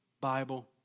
Bible